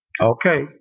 Okay